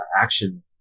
action